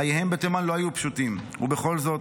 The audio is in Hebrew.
חייהם בתימן לא היו פשוטים, ובכל זאת,